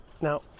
Now